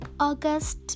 august